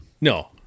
No